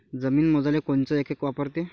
जमीन मोजाले कोनचं एकक वापरते?